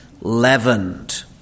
leavened